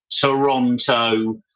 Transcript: Toronto